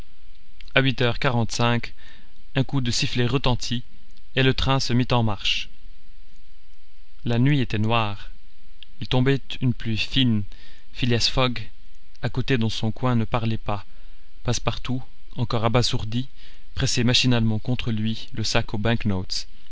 a huit heures quarante-cinq un coup de sifflet retentit et le train se mit en marche la nuit était noire il tombait une pluie fine phileas fogg accoté dans son coin ne parlait pas passepartout encore abasourdi pressait machinalement contre lui le sac